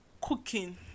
cooking